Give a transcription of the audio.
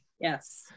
Yes